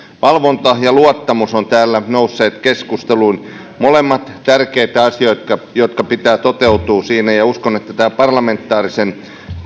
valvonta ja luottamus ovat täällä nousseet keskusteluun molemmat ovat tärkeitä asioita joiden pitää toteutua siinä ja uskon että tämän parlamentaarisen